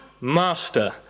master